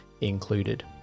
included